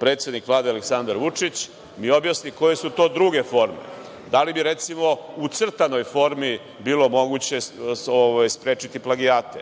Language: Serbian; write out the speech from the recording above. predsednik Vlade Aleksandar Vučić, da mi objasni koje su to druge forme. Da li bi recimo u crtanoj formi bilo moguće sprečiti plagijate